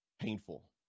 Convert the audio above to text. painful